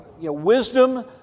wisdom